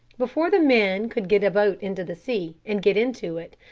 before the men could get a boat into the sea, and get into it,